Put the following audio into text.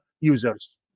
users